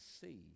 see